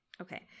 okay